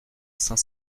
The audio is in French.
cinq